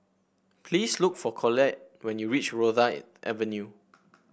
please look for Collette when you reach Rosyth Avenue